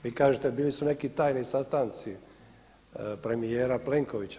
Vi kažete bili su neki tajni sastanci premijera Plenkovića.